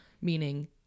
meaning